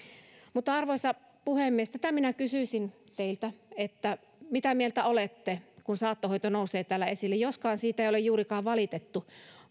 arvoisa puhemies tästä minä kysyisin teiltä mitä mieltä olette kun saattohoito nousee täällä esille joskaan siitä ei ole juurikaan valitettu